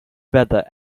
better